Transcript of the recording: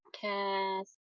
cast